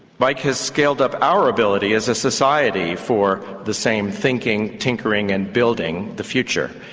mike has scaled up our ability as a society for the same thinking, tinkering and building the future.